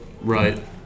Right